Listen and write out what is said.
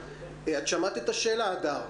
שמעת את השאלה, הדר?